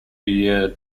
year